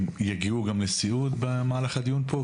יגיעו גם לסיעוד במהלך הדיון פה?